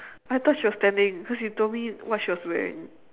I thought she was standing because you told me what she was wearing